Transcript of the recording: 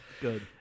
Good